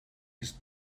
ist